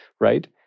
right